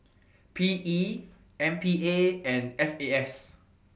PE MPA and FAS